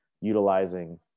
utilizing